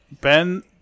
Ben